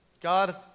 God